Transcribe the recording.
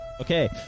Okay